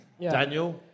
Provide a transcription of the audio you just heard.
Daniel